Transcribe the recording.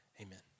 Amen